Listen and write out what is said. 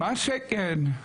מה שכן,